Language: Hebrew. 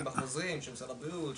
התעריפים המקובל בחוזרים של משרד הבריאות.